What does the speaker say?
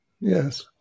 Yes